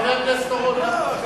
חבר הכנסת אורון,